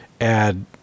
add